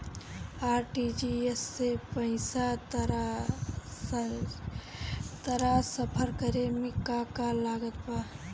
RTGS से पईसा transfer करे मे का का लागत बा?